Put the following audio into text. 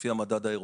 לפי המדד האירופאי.